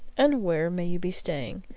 and where may you be staying?